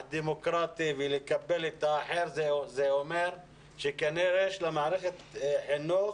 דמוקרטי ולקבל את האחר זה אומר שכנראה שיש לה מערכת חינוך